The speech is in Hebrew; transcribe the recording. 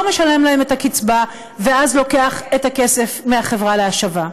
משלם להם את הקצבה ואז לוקח את הכסף מהחברה להשבה.